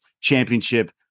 Championship